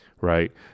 right